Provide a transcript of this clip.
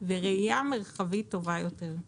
וראייה מרחבית טובה יותר.